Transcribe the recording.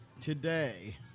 today